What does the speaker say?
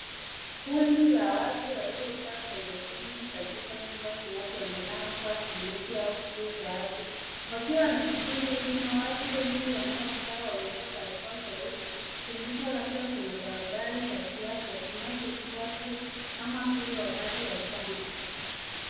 Kundi la watu waliokaa kwenye bench katika chumba kinachoonekana kuwa kliniki au kituo cha afya wakiwa wanasubiri huduma. Watu wengi wanaokaa wamevaa barakoa za uso ikionyesha labda kuna tahadhari za kiafya zinazofuatwa kama vile wakati wa chanjo.